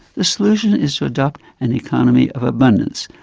the solution is to adopt an economy of abundance,